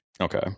Okay